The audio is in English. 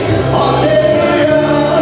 you know